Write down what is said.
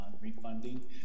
refunding